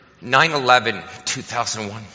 9-11-2001